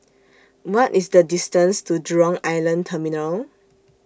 What IS The distance to Jurong Island Terminal